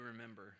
remember